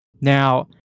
Now